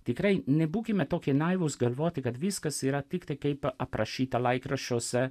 tikrai nebūkime tokie naivūs galvoti kad viskas yra tiktai kaip aprašyta laikraščiuose